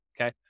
Okay